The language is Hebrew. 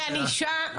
אני אישה,